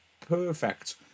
perfect